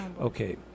Okay